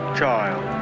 child